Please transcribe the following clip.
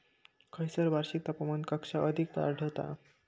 खैयसर वार्षिक तापमान कक्षा अधिक आढळता?